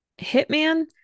Hitman